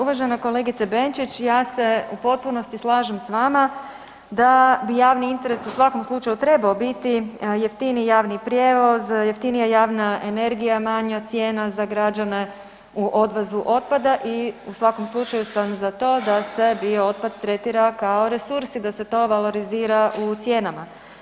Uvažena kolegice Benčić ja se u potpunosti slažem s vama da bi javni interes u svakom slučaju trebao biti jeftiniji javni prijevoz, jeftinija javna energija, manja cijena za građane u odvozu otpada i u svakom slučaju sam za to da se biootpad tretira kao resursi da se to valorizira u cijenama.